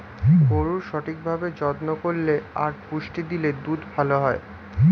গরুর সঠিক ভাবে যত্ন করলে আর পুষ্টি দিলে দুধ ভালো হয়